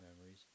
memories